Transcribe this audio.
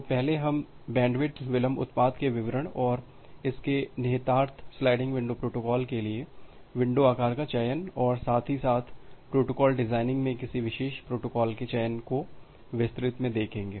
तो पहले हम बैंडविड्थ विलंब उत्पाद के विवरण और इसके निहितार्थ स्लाइडिंग विंडो प्रोटोकॉल के लिए विंडो आकार का चयन और साथ ही साथ प्रोटोकॉल डिजाइनिंग मे किसी विशेष प्रोटोकॉल के चयन को विस्तृत में देखेंगे